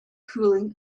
cooling